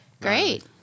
great